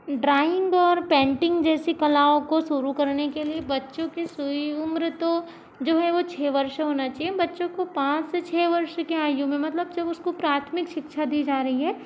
drawing और painting जैसी कलाओं को शुरू करने के लिए बच्चों की सही उम्र तो जो है वो छः वर्ष होना चाहिए बच्चों को पाँच से छः वर्ष की आयु में मतलब जब उसको प्राथमिक शिक्षा दी जा रही है